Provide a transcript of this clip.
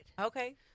Okay